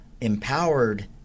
empowered